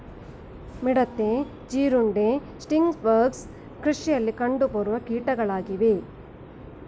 ಮಿಡತೆ, ಜೀರುಂಡೆ, sting bugs ಕೃಷಿಯಲ್ಲಿ ಕಂಡುಬರುವ ಕೀಟಗಳಾಗಿವೆ